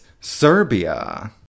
Serbia